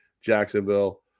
Jacksonville